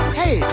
hey